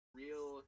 real